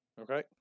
Okay